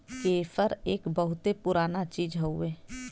केसर एक बहुते पुराना चीज हउवे